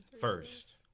first